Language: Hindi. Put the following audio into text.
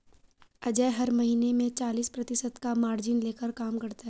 अजय हर महीने में चालीस प्रतिशत का मार्जिन लेकर काम करता है